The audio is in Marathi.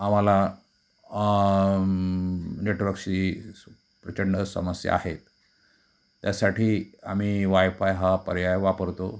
आम्हाला नेटवर्क्सशी स प्रचंड समस्या आहेत त्यासाठी आम्ही वाय फाय हा पर्याय वापरतो